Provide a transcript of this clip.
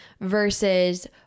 versus